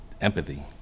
empathy